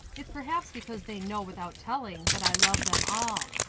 it's perhaps because they know without telling that i love them all.